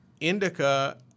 indica